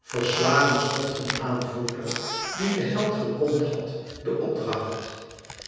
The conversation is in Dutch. verslagen stond hun aanvoerder die den held gekond had den opdracht